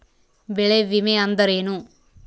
ಬೆಳೆ ವಿಮೆ ಅಂದರೇನು?